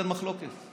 על זה אין מחלוקת בכלל,